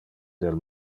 del